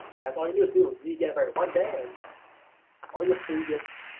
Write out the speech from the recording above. and that's all you do. you get it right one day and all your previous